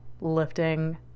lifting